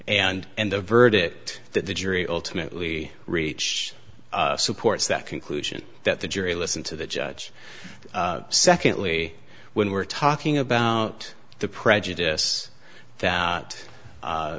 force and the verdict that the jury ultimately reach supports that conclusion that the jury listen to the judge secondly when we're talking about the prejudice that